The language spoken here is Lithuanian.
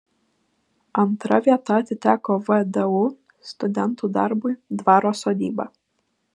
antra vieta atiteko vdu studentų darbui dvaro sodyba